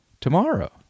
tomorrow